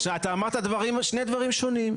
אתה אמרת שני דברים שונים.